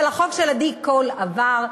אבל החוק של עדי קול עבר,